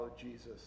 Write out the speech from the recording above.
Jesus